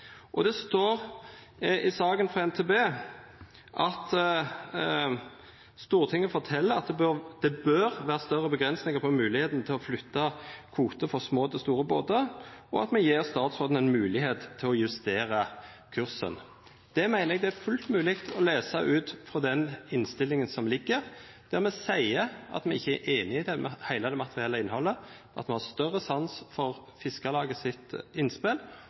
Det står om saka frå NTB at Stortinget fortel statsråden at «det bør være større begrensninger på muligheten til å flytte kvoter fra små til store båter», og at me gjev «statsråden en mulighet til å justere kursen». Det meiner eg det er fullt mogleg å lesa ut frå den innstillinga som ligg her, der me seier at me ikkje er einige i det materielle innhaldet, at me har større sans for Fiskarlaget sitt innspel,